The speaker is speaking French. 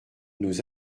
nos